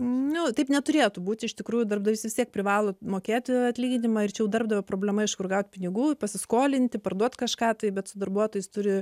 ne taip neturėtų būt iš tikrųjų darbdavys vis tiek privalo mokėt atlyginimą ir čia jau darbdavio problema iš kur gaut pinigų pasiskolinti parduot kažką bet su darbuotojais turi